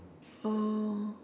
oh